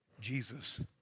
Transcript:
Jesus